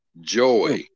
joy